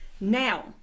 Now